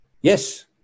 Yes